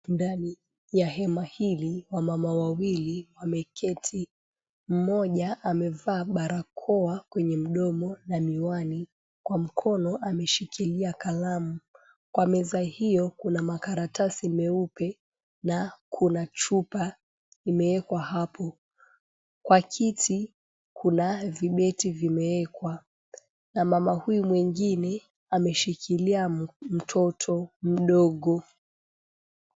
Ndani ya hema hili wamama wawili wameketi mmoja amevaa barakoa kwenye mdomo na miwani kwa mkono ameshikilia kalamu, kwa meza hiyo kuna makaratasi meupe na kuna chupa imewekwa hapo, kwa kiti kuna vibeti vimewekwa na mama huyu mwingine ameshikilia mtoto mdogo.